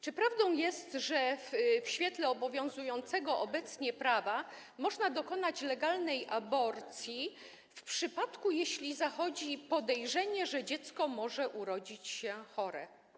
Czy prawdą jest, że w świetle obowiązującego obecnie prawa można dokonać legalnej aborcji, jeśli zachodzi podejrzenie, że dziecko może urodzić się chore?